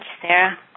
Sarah